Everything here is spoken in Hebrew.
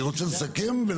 אני רוצה לסכם ולהביא להצבעה.